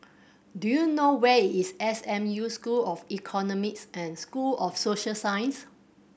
do you know where is S M U School of Economics and School of Social Sciences